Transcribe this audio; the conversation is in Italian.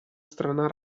strana